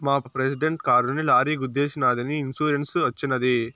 మా ప్రెసిడెంట్ కారుని లారీ గుద్దేశినాదని ఇన్సూరెన్స్ వచ్చినది